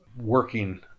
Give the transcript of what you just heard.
working